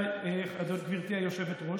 גברתי היושבת-ראש,